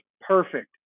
perfect